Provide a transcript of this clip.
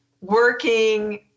working